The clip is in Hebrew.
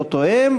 לא תואם,